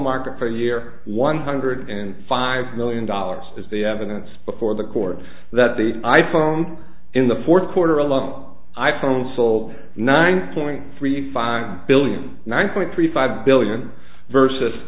market for year one hundred and five million dollars is the evidence before the court that the i phone in the fourth quarter along i phone so nine point three five billion nine point three five billion versus